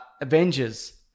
Avengers